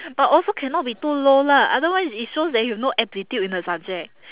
but also cannot be too low lah otherwise it shows that you have no aptitude in the subject